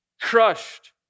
Crushed